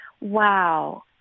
Wow